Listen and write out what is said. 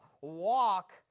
walk